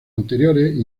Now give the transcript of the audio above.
anteriores